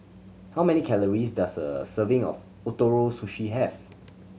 how many calories does a serving of Ootoro Sushi have